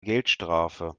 geldstrafe